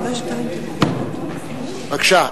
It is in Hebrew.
בבקשה.